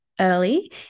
early